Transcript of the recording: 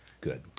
Good